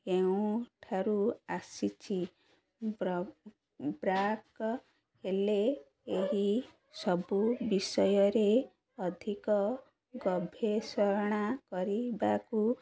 କେଉଁ ଠାରୁ ଆସିଛି ହେଲେ ଏହିସବୁ ବିଷୟରେ ଅଧିକ ଗବେଷଣା କରିବାକୁ